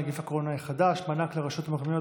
נגיף הקורונה החדש) (מענק לרשויות מקומיות),